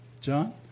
John